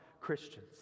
Christians